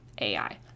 AI